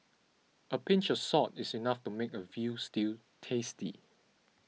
a pinch of salt is enough to make a Veal Stew tasty